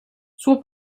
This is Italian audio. suo